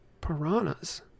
piranhas